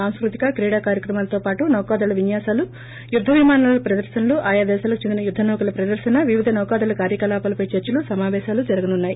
సాంస్కృతిక క్రీడా కార్యక్రమాలతో పాటు నౌకాదళ విన్యాసాలు యుద్ద విమానాల ప్రదర్భనలు ఆయా దేశాలకు చెందిన యుద్ద నౌకల ప్రదర్నన వివిధ నౌకాదళ కార్యకలాపాలపై చర్సలు సమాపేశాలు జరగనున్నాయి